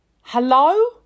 Hello